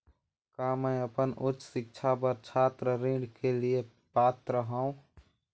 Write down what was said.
का मैं अपन उच्च शिक्षा बर छात्र ऋण के लिए पात्र हंव?